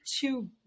two